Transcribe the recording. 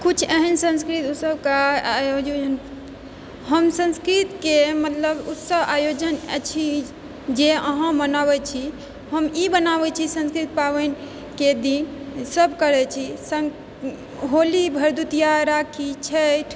कुछ एहन संस्कृत उत्सवके आयोजन हम संस्कृतके मतलब उत्सव आयोजन अछि जे अहाँ मनाबै छी हम ई मनाबै छी संस्कृत पाबनिके दिन सब करै छी सङ्ग होली भरदुतिया राखी छैठ